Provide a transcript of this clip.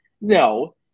No